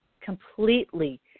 completely